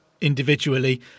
individually